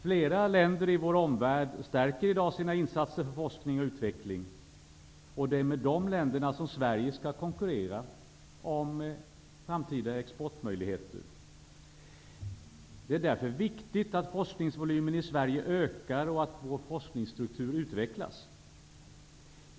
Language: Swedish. Flera länder i vår omvärld stärker i dag sina insatser för forskning och utveckling. Det är med dessa länder som Sverige skall konkurrera om framtida exportmöjligheter. Det är därför viktigt att forskningsvolymen i Sverige ökar och att vår forskningsstruktur utvecklas.